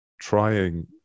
trying